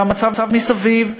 והמצב מסביב,